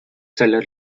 seller